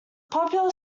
popular